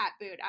boot